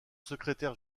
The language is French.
secrétaire